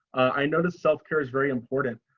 i noticed self care is very important.